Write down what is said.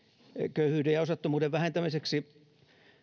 köyhyyden ja osattomuuden vähentämiseksi